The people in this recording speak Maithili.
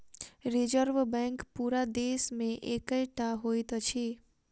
रिजर्व बैंक पूरा देश मे एकै टा होइत अछि